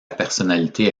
personnalité